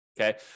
okay